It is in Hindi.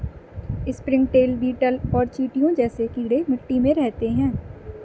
स्प्रिंगटेल, बीटल और चींटियां जैसे कीड़े मिट्टी में रहते हैं